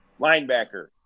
linebacker